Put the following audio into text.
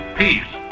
peace